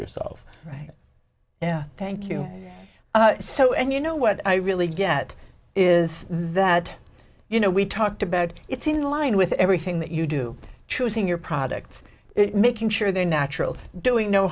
yourselves right yeah thank you and so and you know what i really get is that you know we talked about it in line with everything that you do choosing your products it making sure they're natural doing no